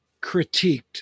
critiqued